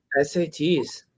SATs